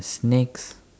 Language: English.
snakes